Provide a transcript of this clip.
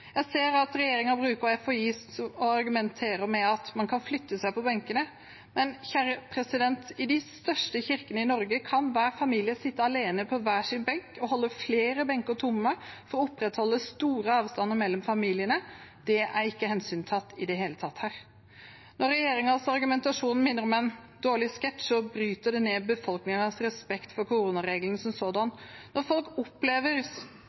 Jeg ser at regjeringen bruker FHIs argumenter om at man kan flytte seg på benkene, men i de største kirkene i Norge kan hver familie sitte alene på hver sin benk og holde flere benker tomme for å opprettholde store avstander mellom familiene. Det er ikke hensynstatt i det hele tatt her. Når regjeringens argumentasjon minner om en dårlig sketsj, bryter det ned befolkningens respekt for koronareglene som sådanne. Når folk